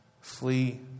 flee